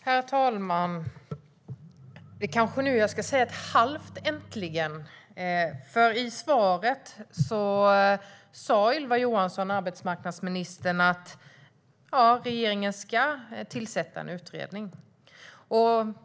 Herr talman! Det kanske är nu jag ska säga ett halvt "äntligen", för i svaret sa arbetsmarknadsminister Ylva Johansson att regeringen ska tillsätta en utredning.